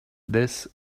this